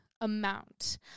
amount